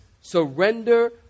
Surrender